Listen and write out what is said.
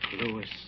Lewis